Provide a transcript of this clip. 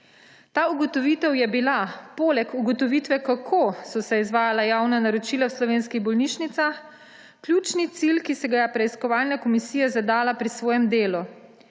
Ta ugotovitev je bila poleg ugotovitve, kako so se izvajala javna naročila v slovenskih bolnišnicah, ključni cilj, ki si ga je preiskovalna komisija zadala pri svojem delu.